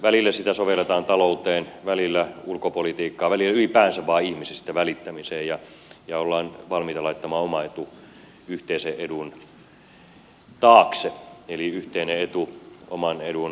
välillä sitä sovelletaan talouteen välillä ulkopolitiikkaan välillä ylipäänsä vain ihmisistä välittämiseen ja ollaan valmiita laittamaan oma etu yhteisen edun taakse eli yhteinen etu oman edun edelle